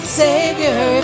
savior